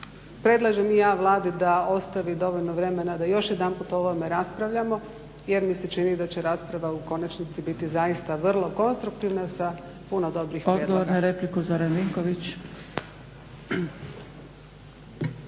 predlažem i ja Vladi da ostavi dovoljno vremena da još jedan puta o ovome raspravljamo jer mi se čini da će rasprava u konačnici biti zaista vrlo konstruktivna sa puno dobrih prijedloga.